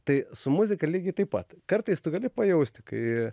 tai su muzika lygiai taip pat kartais tu gali pajausti kai